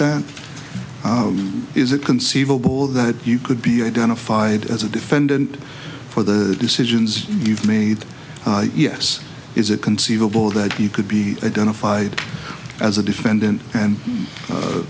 that is it conceivable that you could be identified as a defendant for the decisions you've made yes is it conceivable that you could be identified as a defendant and